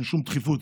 אין שום דחיפות.